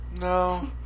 No